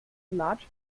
large